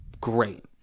Great